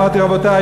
אמרתי: רבותי,